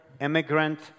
immigrant